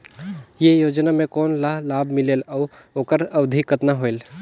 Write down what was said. ये योजना मे कोन ला लाभ मिलेल और ओकर अवधी कतना होएल